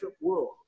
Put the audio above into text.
world